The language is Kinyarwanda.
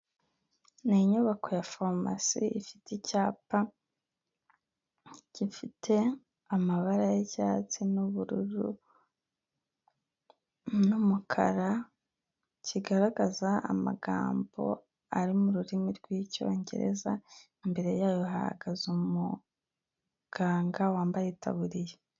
Ni inyubako ya folomasi ifite icyapa gifite amabara y'icyatsi n'ubururu n'umukara kigaragaza amagambo ari mu rurimi rw'icyongereza imbere yayo hahagaze umuganga wambaye itaburiya.